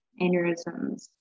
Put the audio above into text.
aneurysms